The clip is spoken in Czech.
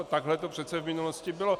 Takhle to přece v minulosti bylo.